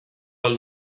ahal